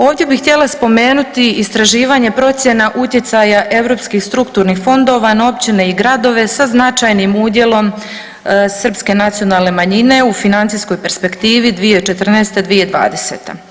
Ovdje bih htjela spomenuti istraživanje procjena utjecaja europskih strukturnih fondova na općine i gradove sa značajnim udjelom srpske nacionalne manjine u financijskoj perspektivi 2014. – 2020.